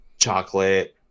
chocolate